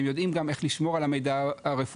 והם יודעים גם איך לשמור על המידע הרפואי,